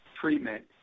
treatment